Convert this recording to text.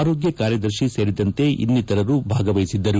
ಆರೋಗ್ಯ ಕಾರ್ಯದರ್ಶಿ ಸೇರಿದಂತೆ ಇನ್ನಿತರರು ಇದ್ದರು